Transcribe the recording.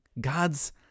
God's